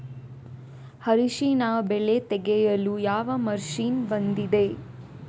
ಅರಿಶಿನ ಬೆಳೆ ತೆಗೆಯಲು ಯಾವ ಮಷೀನ್ ಬಂದಿದೆ?